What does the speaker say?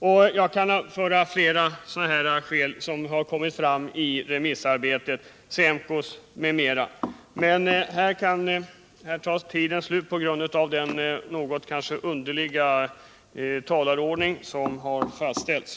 Jag skulle kunna anföra andra skäl som kommit fram under remissarbetet, bl.a. från SEMKO. Nu är dock tiden slut på grund av den något underliga talarordningen, men ja återkommer.